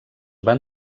van